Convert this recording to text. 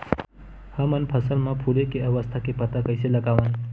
हमन फसल मा फुले के अवस्था के पता कइसे लगावन?